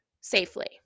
safely